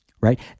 right